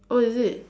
oh is it